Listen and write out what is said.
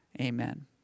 Amen